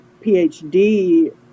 PhD